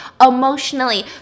emotionally